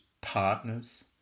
partners